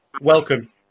Welcome